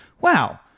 wow